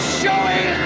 showing